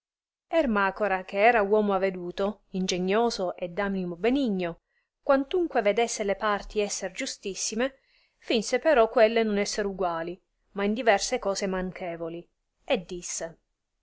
la elezione ermacora che era uomo aveduto ingenioso e d animo benigno quantunque vedesse le parti esser giustissime finse però quelle non esser uguali ma in diverse cose manchevoli e disse